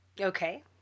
Okay